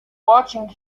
watching